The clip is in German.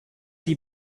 die